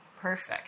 Perfect